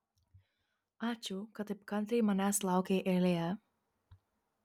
ačiū kad taip kantriai manęs laukei eilėje